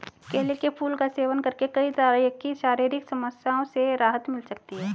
केले के फूल का सेवन करके कई तरह की शारीरिक समस्याओं से राहत मिल सकती है